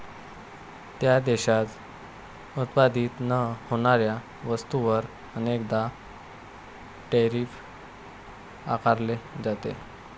त्या देशात उत्पादित न होणाऱ्या वस्तूंवर अनेकदा टैरिफ आकारले जाते